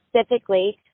specifically